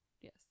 Yes